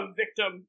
victim